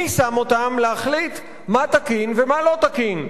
מי שם אותם להחליט מה תקין ומה לא תקין?